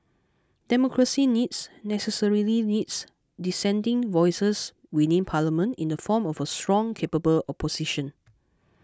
democracy needs necessarily needs dissenting voices within Parliament in the form of a strong capable opposition